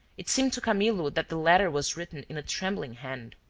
it seemed to camillo that the letter was written in a trembling hand.